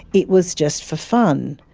it was just for fun.